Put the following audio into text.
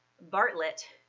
Bartlett